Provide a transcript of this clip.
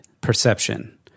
perception